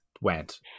went